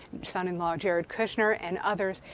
son-in-law jared kushner, and others,